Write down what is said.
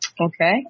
Okay